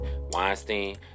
Weinstein